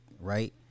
right